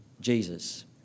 Jesus